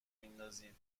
میندازید